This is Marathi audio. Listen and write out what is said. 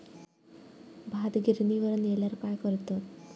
भात गिर्निवर नेल्यार काय करतत?